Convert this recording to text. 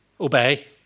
obey